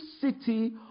city